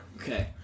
Okay